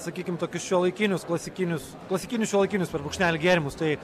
sakykim tokius šiuolaikinius klasikinius klasikinius šiuolaikinius per brūkšnelį gėrimus tai